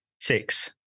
Six